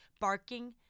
barking